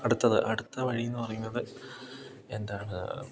അടുത്തത് അടുത്ത വഴി എന്ന് പറയുന്നത് എന്താണ്